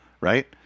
right